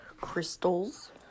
crystals